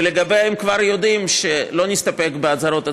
ולגביה הם כבר יודעים שלא נסתפק באזהרות עצמיות,